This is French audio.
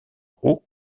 haut